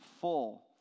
full